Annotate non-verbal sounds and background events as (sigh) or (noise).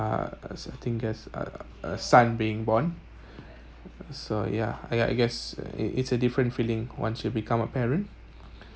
uh so I think guess uh son being born (breath) so yeah I I guess it’s it's a different feeling once you become a parent